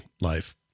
life